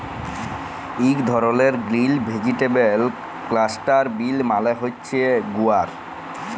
ইক ধরলের grill vegetable cluster bean মালে হছে গুয়ার